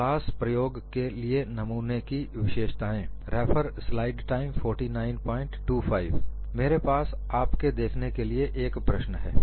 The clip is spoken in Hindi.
क्लास प्रयोग के लिए नमूने की विशेषताएं मेरे पास आपके देखने के लिए एक प्रश्न है